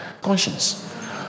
conscience